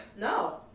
No